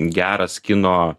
geras kino